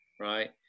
right